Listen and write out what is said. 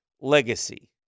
legacy